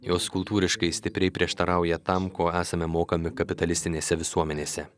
jos kultūriškai stipriai prieštarauja tam ko esame mokami kapitalistinėse visuomenėse